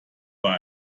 war